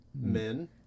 Men